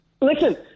listen